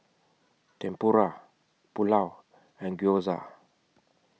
Tempura Pulao and Gyoza